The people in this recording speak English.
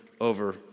over